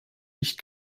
nicht